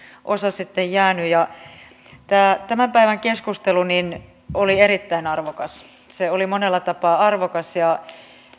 osa jäänyt tämän päivän keskustelu oli erittäin arvokas se oli monella tapaa arvokas ja